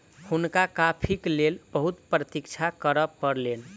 हुनका कॉफ़ीक लेल बहुत प्रतीक्षा करअ पड़लैन